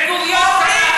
מי שמכם?